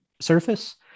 surface